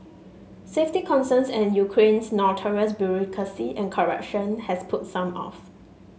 safety concerns and Ukraine's notorious bureaucracy and corruption has put some off